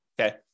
okay